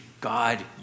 God